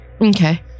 Okay